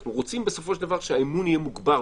אנחנו רוצים בסופו של דבר שהאמון יהיה מוגבר,